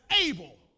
able